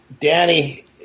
Danny